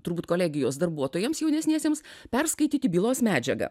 turbūt kolegijos darbuotojams jaunesniesiems perskaityti bylos medžiagą